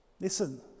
listen